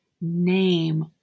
name